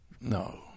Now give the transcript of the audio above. No